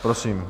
Prosím.